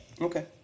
Okay